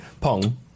Pong